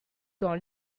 dans